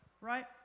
right